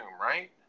right